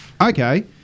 Okay